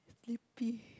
sleepy